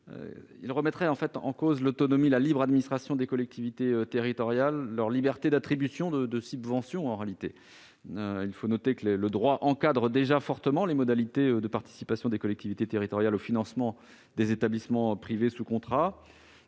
remettrait en cause l'autonomie des collectivités territoriales et leur liberté d'attribution des subventions. Il faut également noter que le droit encadre déjà fortement les modalités de participation des collectivités territoriales au financement des établissements privés sous contrat.